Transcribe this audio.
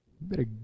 better